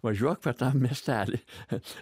važiuok per tą miestelį kad